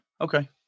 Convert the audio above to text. Okay